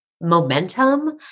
momentum